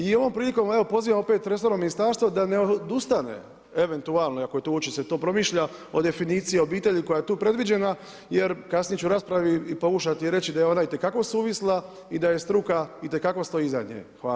I ovom prilikom evo, pozivam opet resorno ministarstvo, da ne odustane, eventualno, ako se uopće o to promišlja o definiciji obitelji koja je tu predviđena, jer kasnije ću u raspravi i pokušati reći da je ona itekako suvisla i da je struka itekako stoji iza nje.